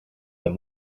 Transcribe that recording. than